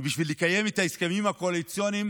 כי בשביל לקיים את ההסכמים הקואליציוניים